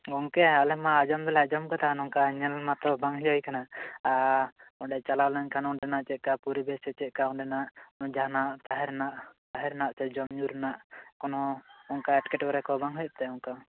ᱜᱚᱝᱠᱮ ᱟᱞᱮᱢᱟ ᱟᱡᱚᱢ ᱫᱚᱞᱮ ᱟᱡᱚᱢ ᱟᱠᱟᱫᱟ ᱱᱚᱝᱠᱟ ᱧᱮᱞ ᱢᱟᱛᱚ ᱵᱟᱝ ᱦᱩᱭ ᱟᱠᱟᱱᱟ ᱟᱻ ᱚᱱᱰᱮ ᱪᱟᱞᱟᱣ ᱞᱮᱱᱠᱷᱟᱱ ᱚᱱᱰᱮᱱᱟᱜ ᱪᱮᱫ ᱞᱮᱠᱟ ᱯᱩᱨᱤᱵᱮᱥ ᱥᱮ ᱪᱮᱫ ᱞᱮᱠᱟ ᱚᱱᱰᱮᱱᱟᱜ ᱡᱟᱦᱟᱸᱱᱟᱜ ᱛᱟᱦᱮᱸᱨᱮᱱᱟᱜ ᱛᱟᱦᱮᱸᱨᱮᱱᱟᱜ ᱪᱮ ᱡᱚᱢ ᱧᱩᱸ ᱨᱮᱭᱟᱜ ᱠᱚᱱᱚ ᱚᱱᱠᱟ ᱮᱴᱠᱮᱴᱚᱬᱮ ᱠᱚ ᱵᱟᱝ ᱦᱩᱭᱩᱜ ᱛᱚ ᱚᱱᱠᱟ